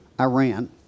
Iran